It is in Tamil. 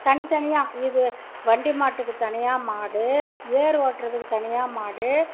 தனித்தனியாக இது வண்டி மாட்டுக்கு தனியாக மாடு ஏர் ஓட்டுறதுக்கு தனியாக மாடு